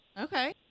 Okay